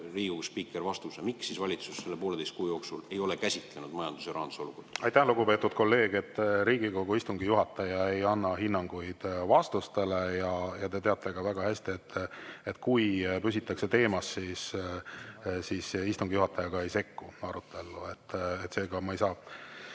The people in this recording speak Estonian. spiiker, vastuse, miks valitsus selle pooleteise kuu jooksul ei ole käsitlenud majanduse ja rahanduse olukorda? Aitäh, lugupeetud kolleeg! Riigikogu istungi juhataja ei anna hinnanguid vastustele. Ja te teate väga hästi, et kui püsitakse teemas, siis istungi juhataja ei sekku arutellu. Seega ma ei saa